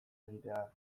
egitea